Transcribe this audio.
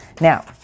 now